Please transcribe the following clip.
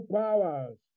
powers